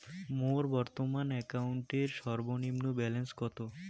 মোর বর্তমান অ্যাকাউন্টের সর্বনিম্ন ব্যালেন্স কত?